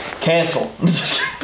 Cancel